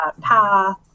path